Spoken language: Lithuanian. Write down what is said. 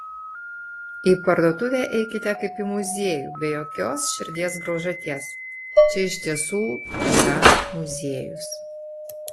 į parduotuvę eikite kaip į muziejų be jokios širdies graužaties čia iš tiesų yra muziejus